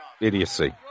idiocy